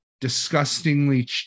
disgustingly